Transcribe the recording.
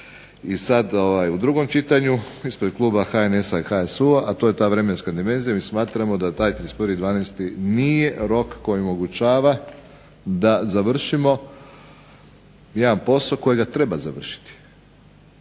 i sada u drugom čitanju ispred kluba HNS-a i HSU-a, a to je ta vremenska dimenzija. Mi smatramo da je taj 31.12. nije rok koji omogućava da završimo jedan posao kojega treba završiti.